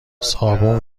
صابون